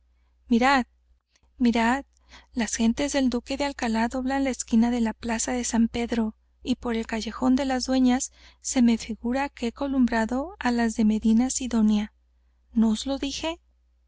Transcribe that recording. mirad mirad las gentes del duque de alcalá doblan la esquina de la plaza de san pedro y por el callejón de las dueñas se me figura que he columbrado á las del de medinasidonia no os lo dije